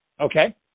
Okay